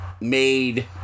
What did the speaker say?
made